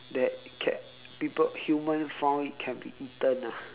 that can that people human found it can be eaten ah